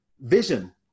vision